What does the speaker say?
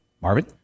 Marvin